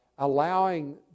allowing